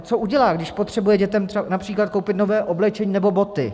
Co udělá, když potřebuje dětem například koupit nové oblečení nebo boty?